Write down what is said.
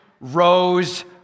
rose